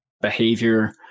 behavior